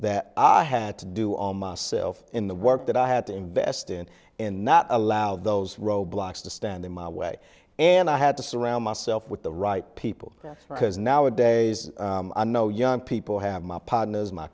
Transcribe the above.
that i had to do on myself in the work that i had to invest in and not allow those roadblocks to stand in my way and i had to surround myself with the right people because nowadays i know young people have my partners my